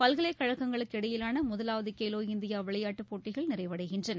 பல்கலைக் கழகங்களுக்கு இடையிலான முதலாவது கேலோ இந்தியா விளையாட்டுப் போட்டிகள் இன்று நிறைவடைகின்றன